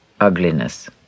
ugliness